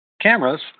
cameras